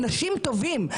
אנשים טובים,